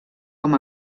com